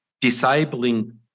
disabling